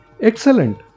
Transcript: Excellent